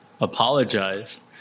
apologized